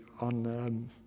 on